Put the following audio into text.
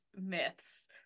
myths